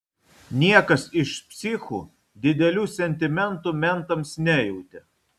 niekas iš psichų didelių sentimentų mentams nejautė